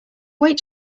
wait